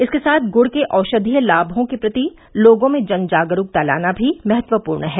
इसके साथ गुड़ के औषधीय लामों के प्रति लोगों में जन जागरूकता लाना भी महत्वपूर्ण है